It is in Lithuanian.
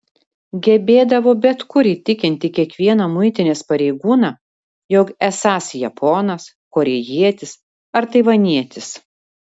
gebėdavo bet kur įtikinti kiekvieną muitinės pareigūną jog esąs japonas korėjietis ar taivanietis